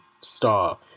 star